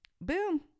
boom